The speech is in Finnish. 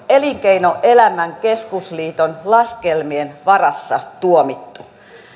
elinkeinoelämän keskusliiton laskelmien varassa tuomittu